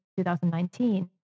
2019